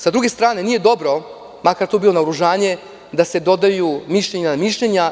S druge strane, nije dobro, makar to bilo naoružanje, da se dodaju mišljenja na mišljenja.